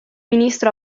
ministro